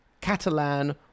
Catalan